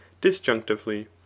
disjunctively